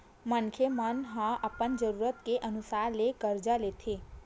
मनखे मन ह अपन जरूरत के अनुसार ले करजा लेथे